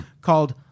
called